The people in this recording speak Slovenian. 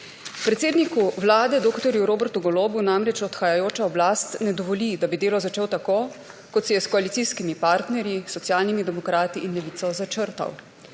Predsedniku Vlade dr. Robertu Golobu namreč odhajajoča oblast ne dovoli, da bi delo začel tako, kot si je s koalicijskimi partnerji, Socialnimi demokrati in Levico, začrtal.